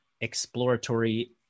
exploratory